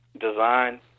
Design